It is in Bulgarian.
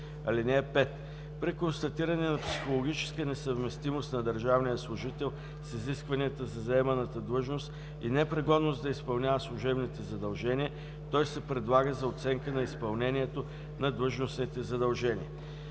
(5) При констатиране на психологическа несъвместимост на държавния служител с изискванията за заеманата длъжност и непригодност да изпълнява служебните задължения той се предлага за оценка на изпълнението на длъжностните задължения.